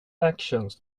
actions